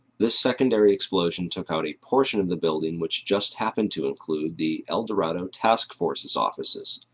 this secondary explosion took out a portion of the building which just happened to include the el dorado task force's offices.